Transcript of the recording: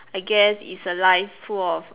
I guess it's a life full of